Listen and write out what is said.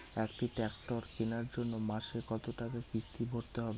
একটি ট্র্যাক্টর কেনার জন্য মাসে কত টাকা কিস্তি ভরতে হবে?